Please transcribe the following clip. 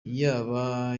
yaba